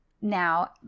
now